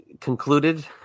concluded